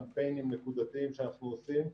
קמפיינים נקודתיים שאנחנו עושים,